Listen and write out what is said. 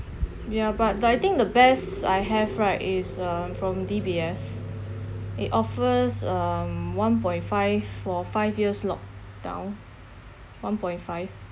ya but but I think the best I have right is uh from D_B_S it offers um one point five for five years locked down one point five